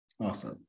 Awesome